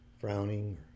frowning